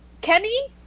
Kenny